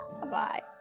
Bye-bye